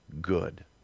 good